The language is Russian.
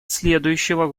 следующего